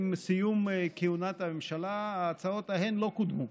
עם סיום כהונת הממשלה ההצעות ההן לא קודמו.